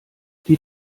die